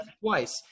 twice